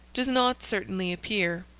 does not certainly appear.